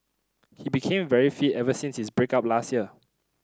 he became very fit ever since his break up last year